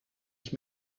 ich